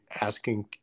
asking